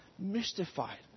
mystified